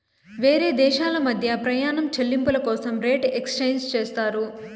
వేరే దేశాల మధ్య ప్రయాణం చెల్లింపుల కోసం రేట్ ఎక్స్చేంజ్ చేస్తారు